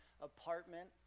apartment